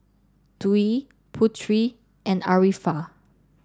Dwi Putri and Arifa